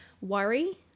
worry